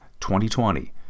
2020